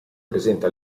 presenta